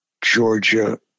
Georgia